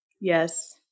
Yes